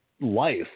life